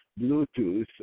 bluetooth